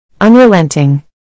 Unrelenting